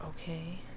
Okay